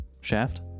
Shaft